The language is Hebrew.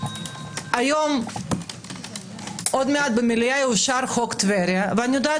היום עוד מעט במליאה יאושר חוק טבריה ואני יודעת